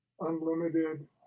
unlimited